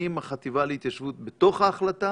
האם החטיבה להתיישבות בתוך ההחלטה